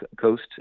Coast